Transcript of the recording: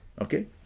okay